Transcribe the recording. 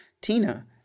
Tina